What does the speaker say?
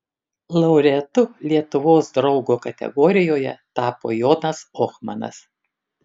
laureatu lietuvos draugo kategorijoje tapo jonas ohmanas